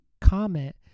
comment